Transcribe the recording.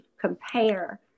compare